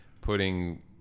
putting